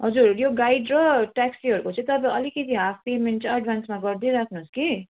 हजुर यो गाइड र ट्याक्सीहरूको चाहिँ तपाईँ अलिकति हाफ पेमेन्ट चाहिँ एडभान्समा गरिदिइराख्नुहोस् कि